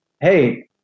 hey